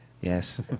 Yes